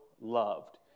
loved